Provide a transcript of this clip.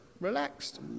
relaxed